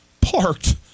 parked